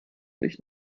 sich